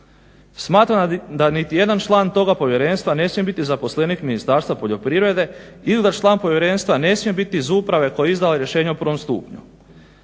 Smatram da niti jedan član toga povjerenstva ne smije biti zaposlenih Ministarstva poljoprivrede ili da član povjerenstva ne smije biti iz uprave koja je izdala rješenje u prvom stupnju.